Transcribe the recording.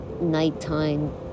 nighttime